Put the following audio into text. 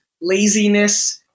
laziness